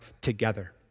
together